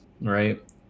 right